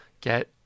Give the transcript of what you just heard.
get